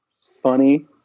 Funny